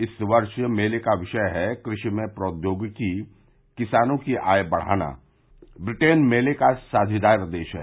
इस वर्ष मेले का विषय है कृषि में प्रौद्योगिकीः किसानों की आय बढ़ाना ब्रिटेन मेले का साझीदार देश है